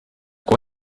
kuwa